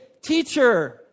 teacher